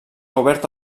oberta